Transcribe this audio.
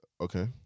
Okay